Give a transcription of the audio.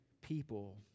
people